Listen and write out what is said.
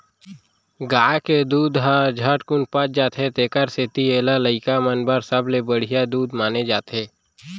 गाय के दूद हर झटकुन पच जाथे तेकर सेती एला लइका मन बर सबले बड़िहा दूद माने जाथे